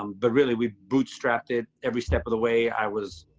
um but really we bootstrapped it every step of the way. i was,